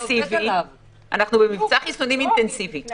אינטנסיבי, אני